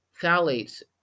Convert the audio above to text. phthalates